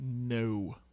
No